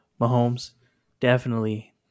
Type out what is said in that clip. Mahomes—definitely